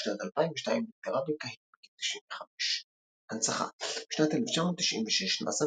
בשנת 2002 נפטרה בקהיר בגיל 95. הנצחה בשנת 1996 נעשה